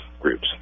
groups